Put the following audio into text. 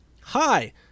Hi